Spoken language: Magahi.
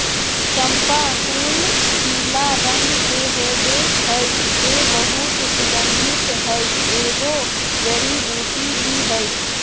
चम्पा फूलपीला रंग के होबे हइ जे बहुत सुगन्धित हइ, एगो जड़ी बूटी भी हइ